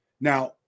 Now